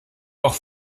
auch